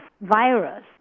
virus